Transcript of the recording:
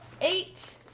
eight